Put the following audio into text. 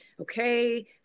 okay